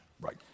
right